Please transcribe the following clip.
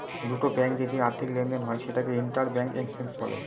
দুটো ব্যাঙ্কে যে আর্থিক লেনদেন হয় সেটাকে ইন্টার ব্যাঙ্ক এক্সচেঞ্জ বলে